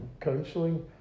counselling